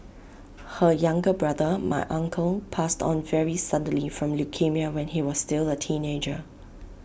her younger brother my uncle passed on very suddenly from leukaemia when he was still A teenager